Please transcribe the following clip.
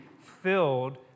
filled